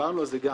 דיברנו על זה גם.